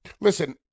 listen